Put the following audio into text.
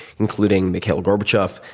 including mikhail gorbachev,